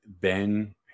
Ben